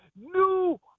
new